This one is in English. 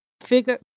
figure